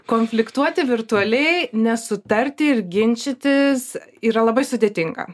konfliktuoti virtualiai nesutarti ir ginčytis yra labai sudėtinga